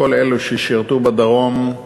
כל אלה ששירתו בדרום,